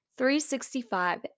365